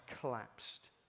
collapsed